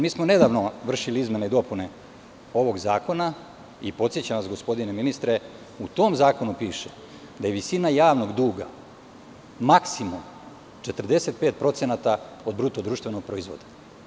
Mi smo nedavno vršili izmene i dopune ovog zakona i podsećam vas, gospodine ministre, u tom zakonu piše da je visina javnog duga maksimum 45% od bruto društvenog proizvoda.